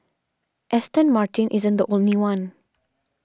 Aston Martin isn't the only one